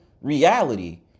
reality